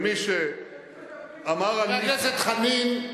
חבר הכנסת חנין.